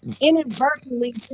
Inadvertently